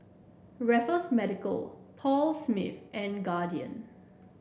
Raffles Medical Paul Smith and Guardian